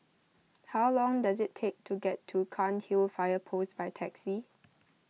how long does it take to get to Cairnhill Fire Post by taxi